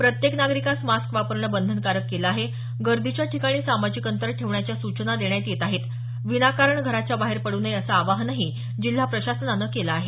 प्रत्येक नागरिकास मास्क वापरणं बंधनकारक केलं आहे गर्दीच्या ठिकाणी सामाजिक अंतर ठेवण्याच्या सूचना देण्यात येत आहेत विनाकारण घराच्या बाहेर पडू नये असं आवाहनही जिल्हा प्रशासनानं केलं आहे